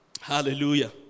Hallelujah